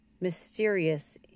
mysterious